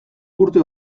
urte